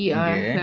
okay